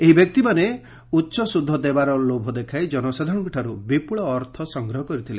ଏହି ବ୍ୟକ୍ତିମାନେ ଉଚ୍ଚସୁଦ୍ଧ ଦେବାର ଲୋଭ ଦେଖାଇ ଜନସାଧାରଣଙ୍କଠାରୁ ବିପୁଳ ଅର୍ଥ ସଂଗ୍ରହ କରିଥିଲେ